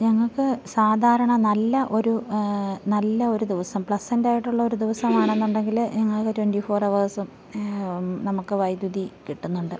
ഞങ്ങൾക്ക് സാധാരണ നല്ല ഒരു നല്ല ഒരു ദിവസം പ്ലസൻ്റായിട്ടുള്ള ഒരു ദിവസമാണെന്നു ണ്ടെങ്കിൽ ഞങ്ങൾക്ക് ട്വൻ്റി ഫോർ അവേഴ്സും നമുക്ക് വൈദ്യുതി കിട്ടുന്നുണ്ട്